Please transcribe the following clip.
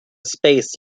space